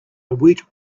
woot